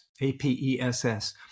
A-P-E-S-S